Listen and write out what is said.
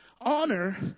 Honor